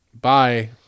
bye